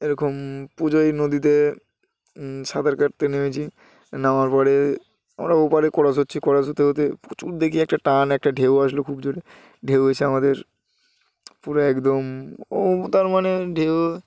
এরকম পুজোয় নদীতে সাঁতার কাটতে নেমেছি নামার পরে আমরা ওপারে কড়াশ হচ্ছি কড়াশ হতে হতে প্রচুর দেখি একটা টান একটা ঢেউ আসলো খুব জোরে ঢেউ এসে আমাদের পুরো একদম ও তার মানে ঢেউ